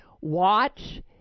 watch